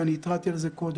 ואני התרעתי על זה קודם,